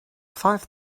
five